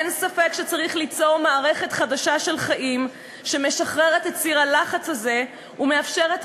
אין ספק שצריך ליצור מערכת חדשה של חיים שמשחררת את סיר הלחץ הזה ומאפשרת